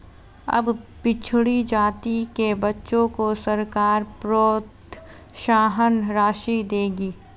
अब पिछड़ी जाति के बच्चों को सरकार प्रोत्साहन राशि देगी